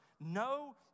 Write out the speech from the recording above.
No